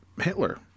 Hitler